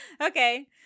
Okay